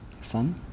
Son